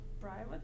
private